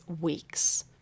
weeks